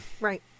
right